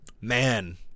man